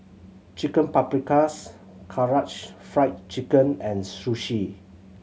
Chicken Paprikas Karaage Fried Chicken and Sushi